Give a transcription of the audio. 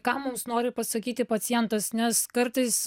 ką mums nori pasakyti pacientas nes kartais